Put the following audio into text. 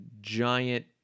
giant